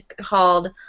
called